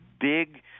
big